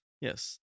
Yes